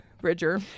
Bridger